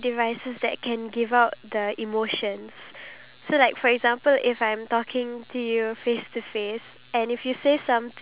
even if people were to comment back then the only facial expression that you can get out of them is when they give you an emoji